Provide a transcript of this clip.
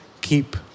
keep